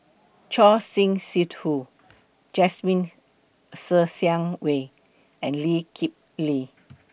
Choor Singh Sidhu Jasmine Ser Xiang Wei and Lee Kip Lee